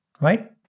right